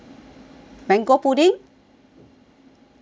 mango pudding oh